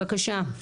בבקשה.